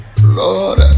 Lord